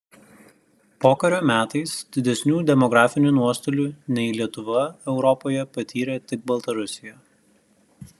pokario metais didesnių demografinių nuostolių nei lietuva europoje patyrė tik baltarusija